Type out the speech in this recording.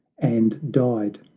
and died,